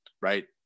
Right